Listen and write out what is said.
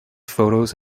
photos